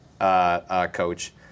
coach